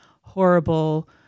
horrible